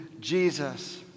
Jesus